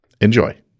Enjoy